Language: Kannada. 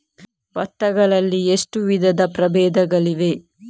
ಭತ್ತ ಗಳಲ್ಲಿ ಎಷ್ಟು ವಿಧದ ಪ್ರಬೇಧಗಳಿವೆ?